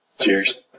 Cheers